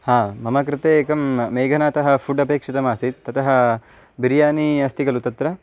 हा मम कृते एकं मेघनातः फ़ुड् अपेक्षितमासीत् ततः बिर्यानि अस्ति खलु तत्र